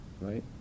right